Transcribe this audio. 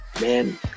man